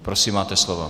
Prosím, máte slovo.